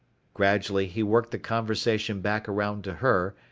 gradually he worked the conversation back around to her,